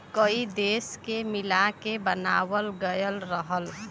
कई देश के मिला के बनावाल गएल रहल